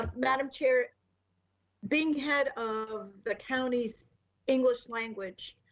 madam chair being head of the county's english language